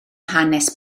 hanes